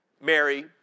Mary